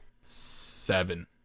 Seven